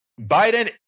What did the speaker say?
Biden